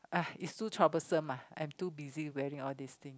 uh it's too troublesome ah I'm too busy wearing all these thing